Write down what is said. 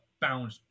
bound